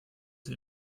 sie